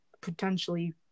potentially